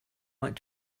like